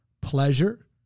Pleasure